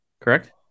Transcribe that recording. Correct